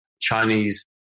Chinese